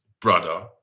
brother